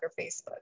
Facebook